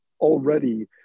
already